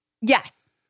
Yes